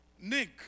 Nick